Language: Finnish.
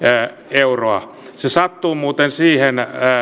euroa se sattuu muuten siihen